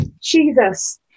Jesus